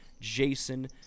Jason